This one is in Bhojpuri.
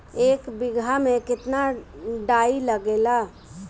एक बिगहा में केतना डाई लागेला?